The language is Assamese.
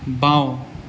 বাওঁ